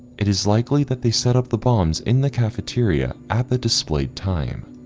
it is likely that they set up the bombs in the cafeteria at the displayed time,